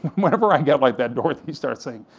whenever i get like that, dorothy starts saying,